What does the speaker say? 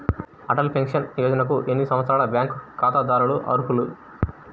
Atal pension యోజనకు ఎన్ని సంవత్సరాల బ్యాంక్ ఖాతాదారులు అర్హులు?